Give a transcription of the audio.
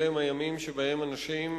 אלו הם הימים שבהם אנשים,